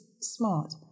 smart